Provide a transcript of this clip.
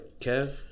Kev